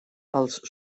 els